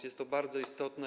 Jest to bardzo istotne.